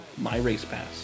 MyRacePass